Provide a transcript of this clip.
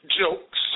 jokes